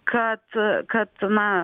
kad kad na